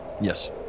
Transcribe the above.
yes